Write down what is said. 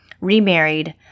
remarried